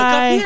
Bye